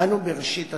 אנו בראשית הדרך,